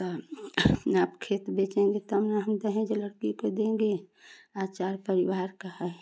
तब जब खेत बेचेंगे तब ना हम दहेज लड़की को देंगे आचार्य परिवार का है